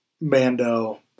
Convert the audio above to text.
Mando